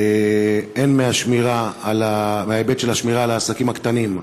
הן מההיבט של השמירה על העסקים הקטנים,